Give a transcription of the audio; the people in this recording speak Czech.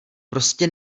prostě